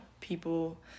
people